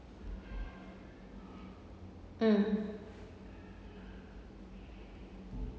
mm